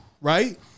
Right